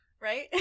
Right